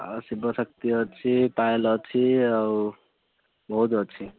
ଆଉ ଶିବଶକ୍ତି ଅଛି ପାୟଲ ଅଛି ଆଉ ବହୁତ ଅଛି